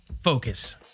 focus